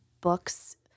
books